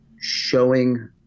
showing